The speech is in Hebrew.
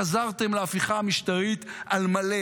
חזרתם להפיכה המשטרתית על מלא,